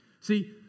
See